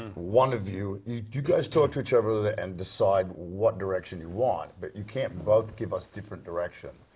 one of you, you you guys talk to each other over there and decide what direction you want, but you can't both give us different direction.